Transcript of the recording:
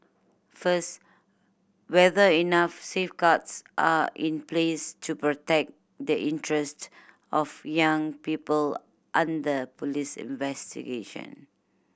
first whether enough safeguards are in place to protect the interests of young people under police investigation